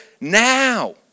now